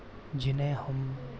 जिन्हें हम